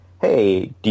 Hey